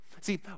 see